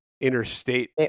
interstate